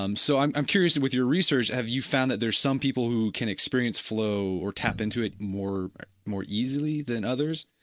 um so i am curious with your research have you found that there are some people that can experience flow or tap into it more more easily than others?